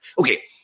Okay